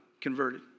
converted